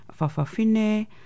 fafafine